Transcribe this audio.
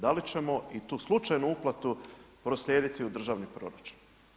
Da li ćemo i tu slučajnu uplatu proslijediti u državni proračun?